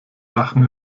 lachen